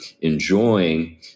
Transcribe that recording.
enjoying